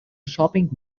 shopping